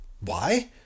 Why